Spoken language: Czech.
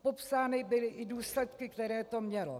Popsány byly i důsledky, které to mělo.